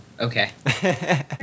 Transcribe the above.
Okay